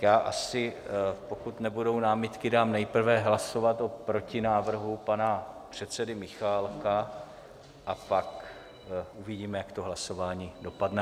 Já asi, pokud nebudou námitky, dám nejprve hlasovat o protinávrhu pana předsedy Michálka, a pak uvidíme, jak hlasování dopadne.